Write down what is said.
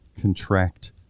contract